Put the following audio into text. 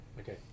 Okay